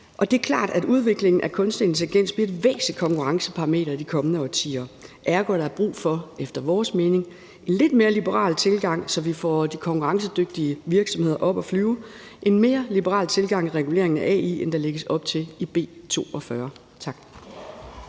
Det er klart, at udviklingen af kunstig intelligens bliver et væsentligt konkurrenceparameter i de kommende årtier. Ergo er der efter vores mening brug for en lidt mere liberal tilgang, så vi får de konkurrencedygtige virksomheder op at flyve; en mere liberal tilgang i reguleringen af AI, end der lægges op til i B 42. Tak.